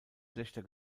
schlechter